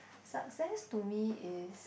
success to me is